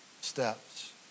steps